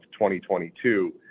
2022